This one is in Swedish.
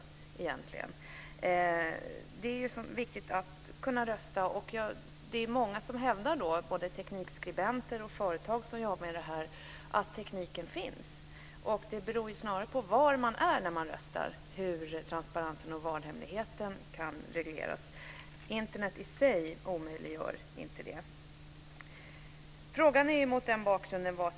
Det är viktigt att kunna rösta. Både teknikskribenter och företag som jobbar med det här hävdar att tekniken finns. Det beror snarare på var man befinner sig när man röstar när det gäller hur transparensen och valhemligheten kan regleras. Internet i sig omöjliggör inte detta.